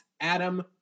Adam